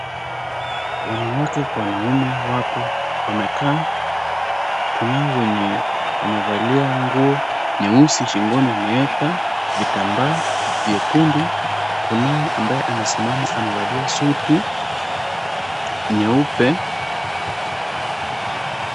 Wanawake kwa wanaume wapo wamekaa. Kunao wenye wamevalia nguo nyeusi shingoni wameeka vitambaa vyekundu, kunaye ambaye amesimama amevalia suti nyeupe.